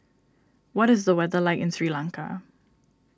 what is the weather like in Sri Lanka